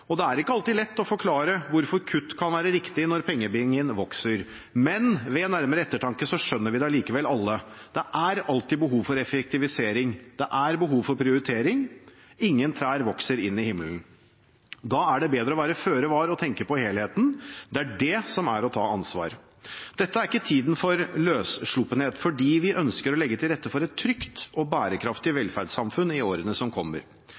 knipes. Det er ikke alltid lett å forklare hvorfor kutt kan være riktig når pengebingen vokser, men ved nærmere ettertanke skjønner vi alle det allikevel. Det er alltid behov for effektivisering. Det er behov for prioritering. Ingen trær vokser inn i himmelen. Da er det bedre å være føre var og tenke på helheten. Det er det som er å ta ansvar. Dette er ikke tiden for løssluppenhet, vi ønsker å legge til rette for et trygt og bærekraftig velferdssamfunn i årene som kommer.